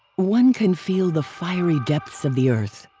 one can feel the fiery depths of the earth.